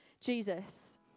Jesus